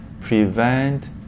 prevent